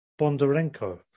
Bondarenko